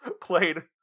played